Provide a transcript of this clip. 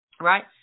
right